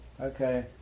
Okay